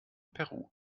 peru